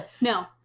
no